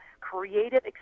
creative